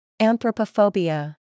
Anthropophobia